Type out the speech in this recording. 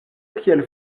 kiel